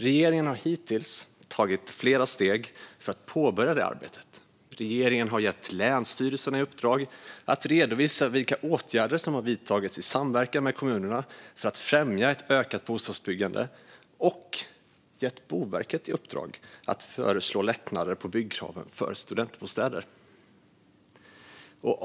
Regeringen har hittills tagit flera steg för att påbörja det arbetet. Regeringen har gett länsstyrelserna i uppdrag att redovisa vilka åtgärder som har vidtagits i samverkan med kommunerna för att främja ett ökat bostadsbyggande och gett Boverket i uppdrag att föreslå lättnader på byggkraven för studentbostäder.